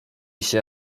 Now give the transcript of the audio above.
się